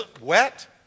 wet